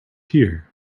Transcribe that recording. here